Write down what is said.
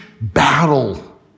battle